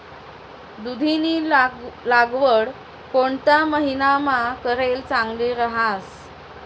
दुधीनी लागवड कोणता महिनामा करेल चांगली रहास